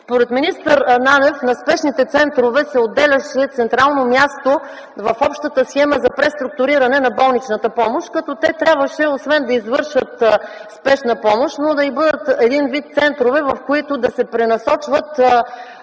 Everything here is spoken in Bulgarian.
Според министър Нанев на спешните центрове се отделяше централно място в общата схема за преструктуриране на болничната помощ, като те трябваше освен да извършват спешна помощ, да бъдат един вид центрове, в които да се пренасочват